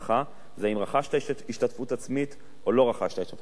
זה אם רכשת השתתפות עצמית או לא רכשת השתתפות עצמית.